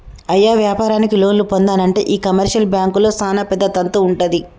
అయ్య వ్యాపారానికి లోన్లు పొందానంటే ఈ కమర్షియల్ బాంకుల్లో సానా పెద్ద తంతు వుంటది